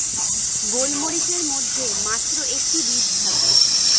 গোলমরিচের মধ্যে মাত্র একটি বীজ থাকে